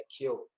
killed